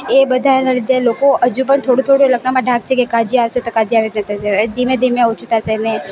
એ બધાના લીધે લોકો હજુ પણ થોડું થોડું એ લોકોનામાં ધાક છે કે કાઝી આવશે તો કાઝી આવી રીતે ધીમે ધીમે ઓછું થશે ને